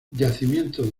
yacimiento